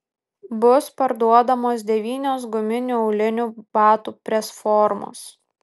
bus parduodamos devynios guminių aulinių batų presformos